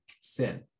sin